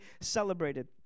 celebrated